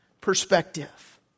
perspective